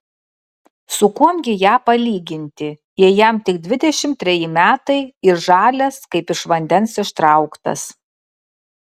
su kuom gi ją palyginti jei jam tik dvidešimt treji metai ir žalias kaip iš vandens ištrauktas